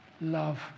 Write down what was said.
love